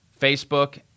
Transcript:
Facebook